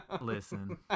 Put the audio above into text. Listen